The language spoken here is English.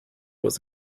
was